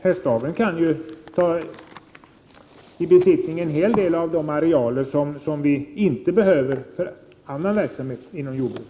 Hästaveln kan ta i besittning en hel del av de arealer som vi inte behöver för annan verksamhet inom jordbruket.